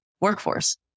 workforce